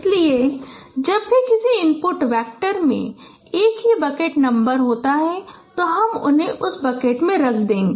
इसलिए जब भी किसी इनपुट वेक्टर में एक ही बकेट नंबर होता है तो हम उन्हें उस बकेट में रख देंगे